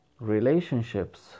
Relationships